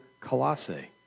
Colossae